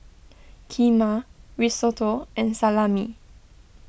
Kheema Risotto and Salami